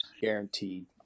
guaranteed